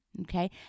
okay